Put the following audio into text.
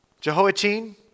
Jehoiachin